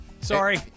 Sorry